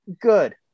Good